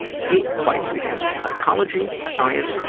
kate fights against psychology, science,